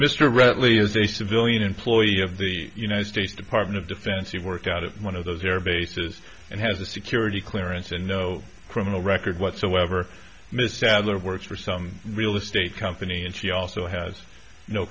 a civilian employee of the united states department of defense you work out at one of those air bases and has a security clearance and no criminal record whatsoever mr adler works for some real estate company and she also has no